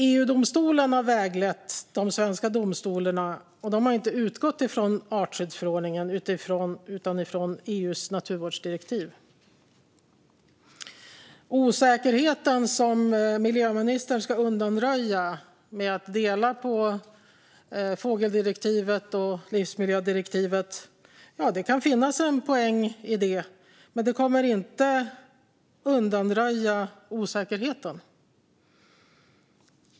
EU-domstolen har väglett de svenska domstolarna, och de har inte utgått från artskyddsförordningen utan från EU:s naturvårdsdirektiv. Det talas om den osäkerhet som miljöministern ska undanröja genom att dela på fågeldirektivet och livsmiljödirektivet. Det kan finnas en poäng i detta, men det kommer inte att undanröja osäkerheten.